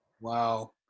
Wow